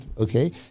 Okay